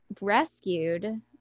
rescued